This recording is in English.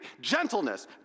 Gentleness